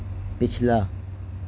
پچھلا